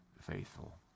faithful